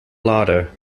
larder